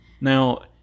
Now